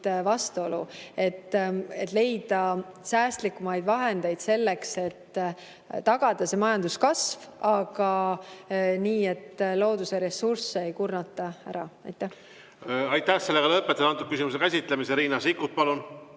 vastuolu, et leida säästlikumaid vahendeid selleks, et tagada majanduskasvu, aga nii, et looduse ressursse ei kurnata ära. Lõpetan selle küsimuse käsitlemise. Riina Sikkut, palun!